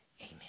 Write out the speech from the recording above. Amen